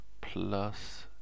plus